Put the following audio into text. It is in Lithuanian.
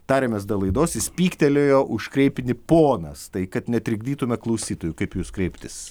tarėmės dėl laidos jis pyktelėjo už kreipinį ponas tai kad netrikdytume klausytojų kaip į jus kreiptis